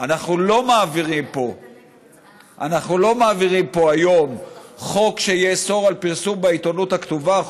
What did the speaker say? אנחנו לא מעבירים פה היום חוק שיאסור פרסום בעיתונות הכתובה,